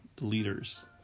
leader's